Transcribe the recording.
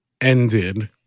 ended